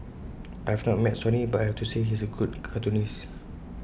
I have not met Sonny but I have to say he is A good cartoonist